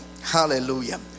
Hallelujah